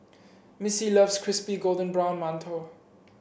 Missy loves Crispy Golden Brown Mantou